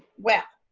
well,